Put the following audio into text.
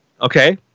Okay